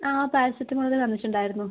ആ പാരസറ്റമോള് തന്നെ തന്നിട്ടുണ്ടായിരുന്നു